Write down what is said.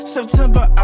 September